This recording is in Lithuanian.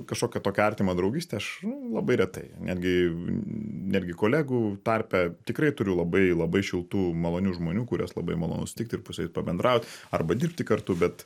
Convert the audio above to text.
kažkokią tokią artimą draugystę aš labai retai netgi netgi kolegų tarpe tikrai turiu labai labai šiltų malonių žmonių kuriuos labai malonu sutikt ir su jais pabendraut arba dirbti kartu bet